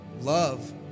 Love